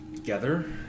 together